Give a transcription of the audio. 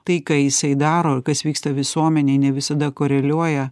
tai ką jisai daro ir kas vyksta visuomenėj ne visada koreliuoja